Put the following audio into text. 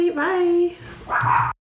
Bye